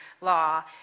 law